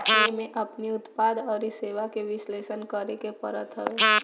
एमे अपनी उत्पाद अउरी सेवा के विश्लेषण करेके पड़त हवे